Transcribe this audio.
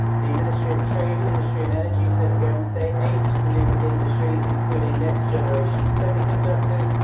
the ministry of trade, industry, and energy said wednesday. eight new industries including next-generation semiconductor,